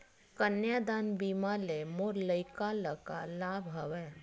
कन्यादान बीमा ले मोर लइका ल का लाभ हवय?